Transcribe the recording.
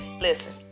listen